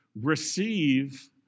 receive